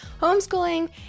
homeschooling